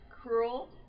cruel